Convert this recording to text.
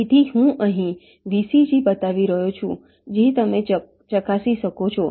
તેથી હું અહીં VCG બતાવી રહ્યો છું જે તમે ચકાસી શકો છો